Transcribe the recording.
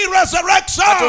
resurrection